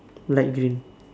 light green